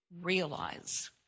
realize